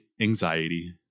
anxiety